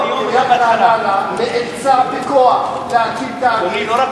היא נאלצה בכוח להקים תאגיד.